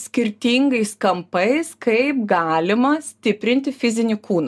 skirtingais kampais kaip galima stiprinti fizinį kūną